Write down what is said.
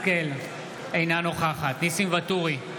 השכל, אינה נוכחת ניסים ואטורי,